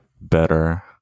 better